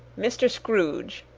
mr. scrooge.